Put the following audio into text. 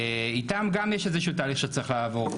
שאיתם גם יש איזה שהוא תהליך שצריך לעבור.